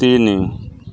ତିନି